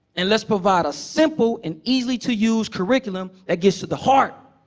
and let's provide a simple and easy to use curriculum that gets to the heart,